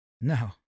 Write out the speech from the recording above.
No